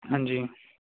ਹਾਂਜੀ